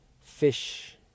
fish